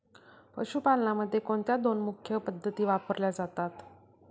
पशुपालनामध्ये कोणत्या दोन मुख्य पद्धती वापरल्या जातात?